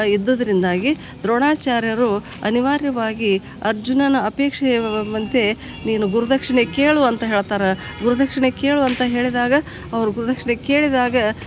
ಇದ್ದದ್ದರಿಂದಾಗಿ ದ್ರೋಣಾಚಾರ್ಯರು ಅನಿವಾರ್ಯವಾಗಿ ಅರ್ಜುನನ ಅಪೇಕ್ಷೆಯು ಎಂಬಂತೆ ನೀನು ಗುರುದಕ್ಷಿಣೆ ಕೇಳು ಅಂತ ಹೇಳ್ತಾರೆ ಗುರ್ದಕ್ಷಿಣೆ ಕೇಳು ಅಂತ ಹೇಳಿದಾಗ ಅವ್ರು ಗುರುದಕ್ಷಿಣೆ ಕೇಳಿದಾಗ